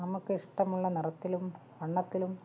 നമുക്ക് ഇഷ്ടമുള്ള നിറത്തിലും വണ്ണത്തിലും